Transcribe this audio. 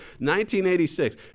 1986